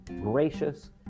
gracious